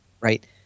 right